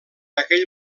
aquell